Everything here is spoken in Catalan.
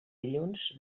dilluns